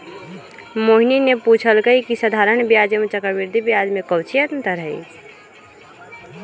मोहिनी ने पूछल कई की साधारण ब्याज एवं चक्रवृद्धि ब्याज में काऊची अंतर हई?